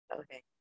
okay